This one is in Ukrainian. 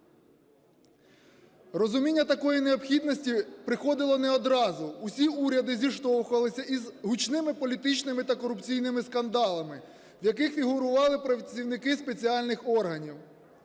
Розуміння такої необхідності приходило не одразу. Усі уряди зіштовхувалися із гучними політичними та корупційними скандалами, в яких фігурували працівники спеціальних органів.